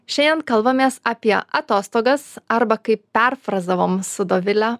šiandien kalbamės apie atostogas arba kaip perfrazavom su dovile